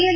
L